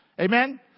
Amen